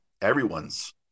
Everyone's